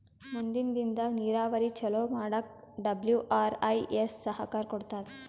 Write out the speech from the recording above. ಮುಂದಿನ್ ದಿನದಾಗ್ ನೀರಾವರಿ ಚೊಲೋ ಮಾಡಕ್ ಡಬ್ಲ್ಯೂ.ಆರ್.ಐ.ಎಸ್ ಸಹಕಾರ್ ಕೊಡ್ತದ್